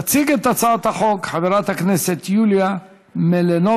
תציג את הצעת החוק חברת הכנסת יוליה מלינובסקי,